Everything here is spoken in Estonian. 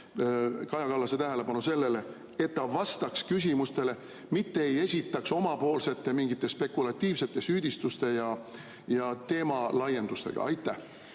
Kaja Kallase tähelepanu sellele, et ta vastaks küsimustele, mitte ei esineks omapoolsete mingite spekulatiivsete süüdistuste ja teemalaiendustega. Aitäh,